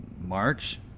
march